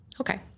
Okay